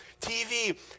TV